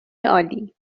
عالی